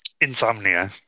Insomnia